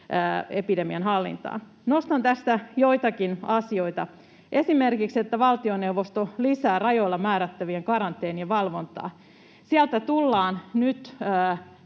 covid-epidemian hallintaan. Nostan tästä joitakin asioita, esimerkiksi sen, että valtioneuvosto lisää rajoilla määrättävien karanteenien valvontaa. Sieltä saadaan nyt